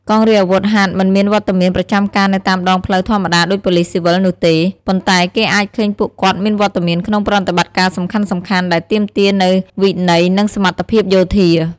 កងរាជអាវុធហត្ថមិនមានវត្តមានប្រចាំការនៅតាមដងផ្លូវធម្មតាដូចប៉ូលិសស៊ីវិលនោះទេ ប៉ុន្តែគេអាចឃើញពួកគាត់មានវត្តមានក្នុងប្រតិបត្តិការសំខាន់ៗដែលទាមទារនូវវិន័យនិងសមត្ថភាពយោធា។